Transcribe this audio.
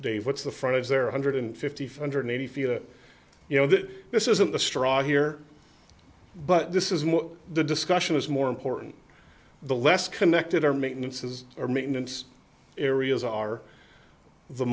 dave what's the front is there a hundred fifty five hundred eighty feel that you know that this isn't the straw here but this is more the discussion is more important the less connected or maintenance is or maintenance areas are the